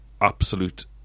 absolute